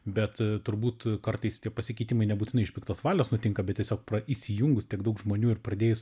bet turbūt kartais tie pasikeitimai nebūtinai iš piktos valios nutinka bet tiesiog įsijungus tiek daug žmonių ir pradėjus